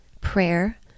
Prayer